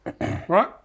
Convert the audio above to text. Right